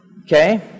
Okay